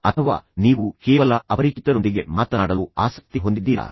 ಅಥವಾ ನೀವು ಕೇವಲ ಅಪರಿಚಿತರೊಂದಿಗೆ ಮಾತನಾಡಲು ಆಸಕ್ತಿ ಹೊಂದಿದ್ದೀರಾ